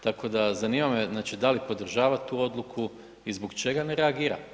Tako da, zanima me, znači da li podržava tu odluku i zbog čega ne reagira?